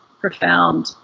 profound